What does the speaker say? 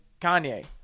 Kanye